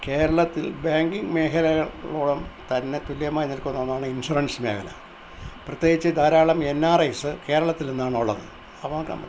കേരളത്തിൽ ബാങ്കിംഗ് മേഖലകളോളം തന്നെ തുല്യമായി നിൽക്കുന്ന ഒന്നാണ് ഇൻഷുറൻസ് മേഖല പ്രതേകിച്ച് ധാരാളം എൻ ആർ ഐസ് കേരളത്തിൽ നിന്നാണ് ഉള്ളത് അപ്പം നമുക്ക്